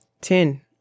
Ten